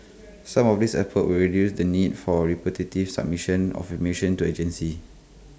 some of these efforts will reduce the need for repetitive submission of information to agencies